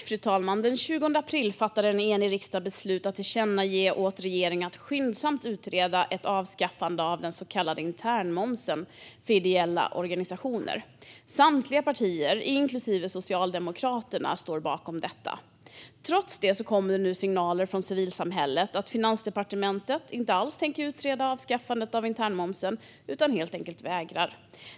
Fru talman! Den 20 april fattade en enig riskdag beslutet att tillkännage för regeringen att den skyndsamt ska utreda ett avskaffande av den så kallade internmomsen för ideella organisationer. Samtliga partier, inklusive Socialdemokraterna, står bakom detta. Trots det kommer det nu signaler från civilsamhället om att Finansdepartementet inte alls tänker utreda avskaffandet av internmomsen utan helt enkelt vägrar.